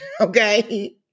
okay